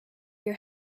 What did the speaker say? your